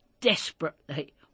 desperately